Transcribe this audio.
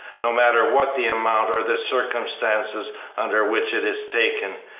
no matter what the amount or the circumstances under which it is taken,